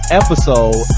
episode